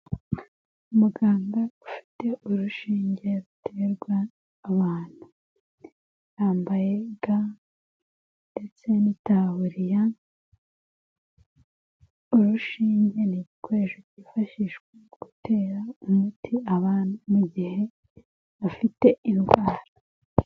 Umuganga ufite urushinge ruterwa abantu, yambaye ga ndetse n'itaburiya, urushinge ni igikoresho kifashishwa mu gutera umuti abantu mu gihe bafite indwara.